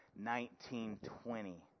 1920